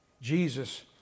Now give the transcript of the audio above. Jesus